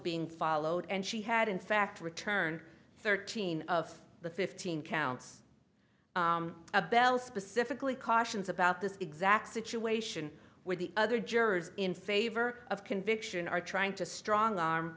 being followed and she had in fact returned thirteen of the fifteen counts a bell specifically cautions about this exact situation where the other jurors in favor of conviction are trying to strong arm